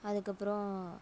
அதுக்கப்புறம்